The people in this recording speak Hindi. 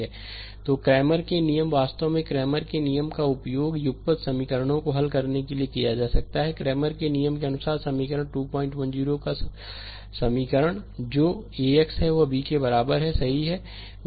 स्लाइड समय देखें 0410 तो क्रैमर के नियम वास्तव में क्रैमर के नियम का उपयोग युगपत समीकरणों को हल करने के लिए किया जा सकता है क्रैमर के नियम के अनुसार समीकरण 210 का समीकरण जो AX है वह B के बराबर है सही है